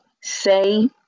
say